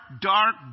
dark